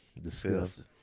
disgusting